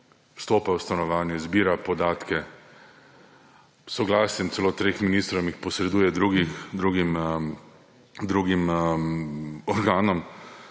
vstopa v stanovanje, zbira podatke, s soglasjem celo treh ministrov jih posreduje drugim organom.